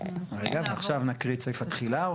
ועכשיו נקריא את סעיף התחילה.